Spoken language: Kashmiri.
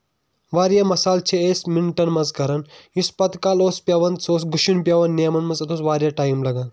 واریاہ مسالہٕ چھِ أسۍ مِنٹن منٛز کران یُس پَتہٕ کالہٕ اوٚس پیٚوان سُہ اوٚس گُشُن پیٚوان نیمن منٛز تَتھ اوس واریاہ ٹایم لگان